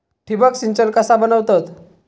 ठिबक सिंचन कसा बनवतत?